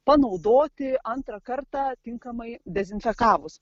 panaudoti antrą kartą tinkamai dezinfekavus